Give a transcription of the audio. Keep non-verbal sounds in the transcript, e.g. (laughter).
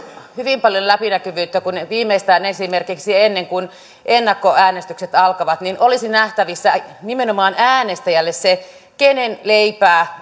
hyvin paljon läpinäkyvyyttä jos viimeistään esimerkiksi ennen kuin ennakkoäänestykset alkavat olisi nähtävissä nimenomaan äänestäjälle se kenen leipää (unintelligible)